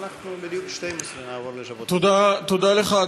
תודה לך,